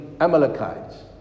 Amalekites